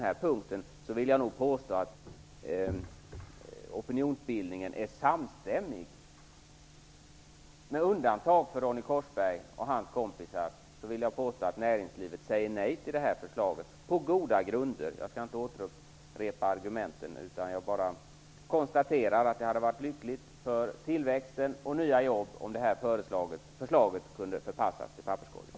Jag vill nog påstå att opinionsbildningen är samstämmig på den här punkten. Jag vill påstå att näringslivet säger nej till det här förslaget på goda grunder med undantag för Ronny Korsberg och hans kompisar. Jag skall inte återupprepa argumenten. Jag konstaterar bara att det hade varit lyckligt för tillväxten och de nya jobben om det här förslaget kunde förpassas till papperskorgen.